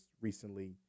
recently